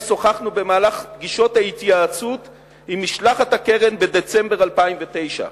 שוחחנו במהלך פגישות ההתייעצות עם משלחת הקרן בדצמבר 2009,